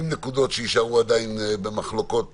עם נקודות שיישארו עדיין במחלוקות